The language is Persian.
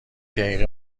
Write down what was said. دقیقه